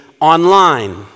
online